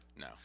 No